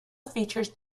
features